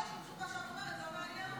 יכול להיות שמה שאת אומרת לא מעניין אותו.